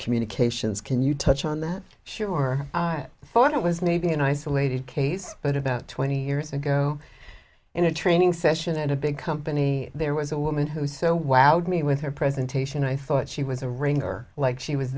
communications can you touch on that she or i thought it was maybe an isolated case but about twenty years ago in a training session at a big company there was a woman who so wowed me with her presentation i thought she was a ringer like she was